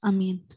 Amen